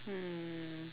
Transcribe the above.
um